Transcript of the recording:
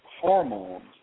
hormones